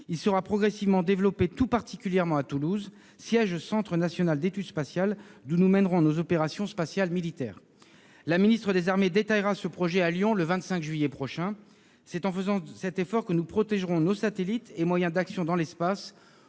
Il sera progressivement développé, tout particulièrement à Toulouse, siège du Centre national d'études spatiales, d'où nous mènerons nos opérations spatiales militaires. Mme la ministre des armées détaillera ce projet à Lyon, le 25 juillet prochain. C'est au travers de cet effort que nous protégerons nos satellites et nos moyens d'action dans l'espace,